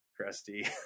crusty